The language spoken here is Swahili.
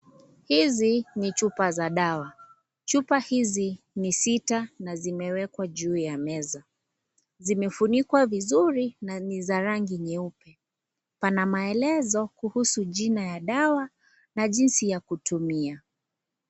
Hizi ni chupa za dawa. Chupa hizi ni sita na zimewekwa juu ya meza. Zimefunikwa vizuri na ni za rangi nyeupe. Pana maelezo kuhusu jina ya dawa na jinsi ya kutumia.